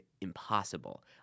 impossible